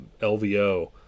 LVO